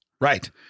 right